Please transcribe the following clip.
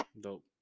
Dope